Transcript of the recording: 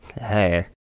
Hey